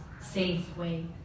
Safeway